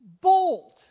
bold